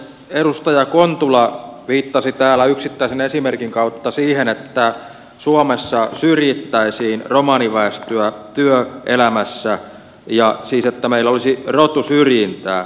edustaja kontula viittasi täällä yksittäisen esimerkin kautta siihen että suomessa syrjittäisiin romaniväestöä työelämässä ja siis että meillä olisi rotusyrjintää